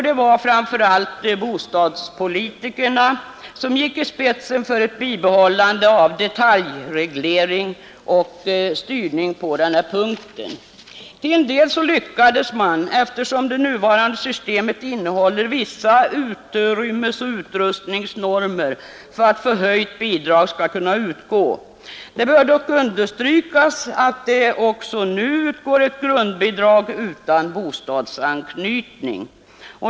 Det var framför allt bostadspolitikerna som gick i spetsen för bibehållandet av detaljreglering och styrning på den här punkten. Till en del lyckades man eftersom det nuvarande systemet innehåller vissa utrymmesoch utrustningsnormer för att förhöjt bidrag skall kunna utgå. Det bör dock understrykas att det också nu utgår ett grundbidrag utan bostadsanknytning.